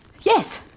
Yes